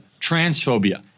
transphobia